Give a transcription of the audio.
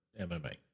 MMA